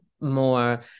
more